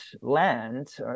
land